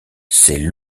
c’est